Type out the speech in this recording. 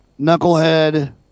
Knucklehead